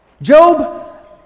Job